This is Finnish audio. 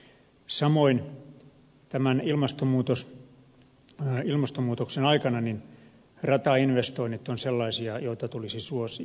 samoin tämän ilmastonmuutoksen aikana ratainvestoinnit ovat sellaisia joita tulisi suosia